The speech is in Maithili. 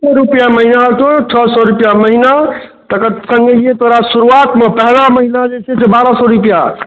छओ सए रुपआ महिना लगतौ छओ सए रुपआ महिना तखन पहिनैहिएँ तोरा सुरुआतमे पहला महिना जे छै से बारह सए रुपआ